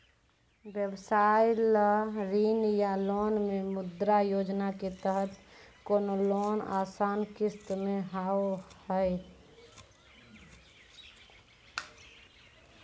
व्यवसाय ला ऋण या लोन मे मुद्रा योजना के तहत कोनो लोन आसान किस्त मे हाव हाय?